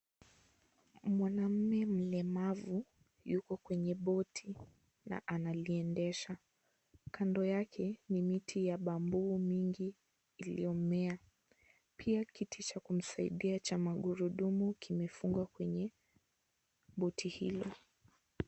Mwanamme mlemavu, yuko kwenye boti na analiendesha. Kando yake, ni miti ya bamboo mingi iliyomea. Pia kiti cha kumsaidia cha magurudumu kimefungwa kwenye boti hili.